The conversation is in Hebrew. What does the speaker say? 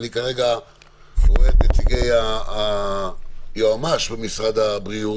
כרגע אני רואה את נציגי היועמ"ש במשרד הבריאות